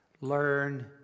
learn